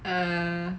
err